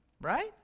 Right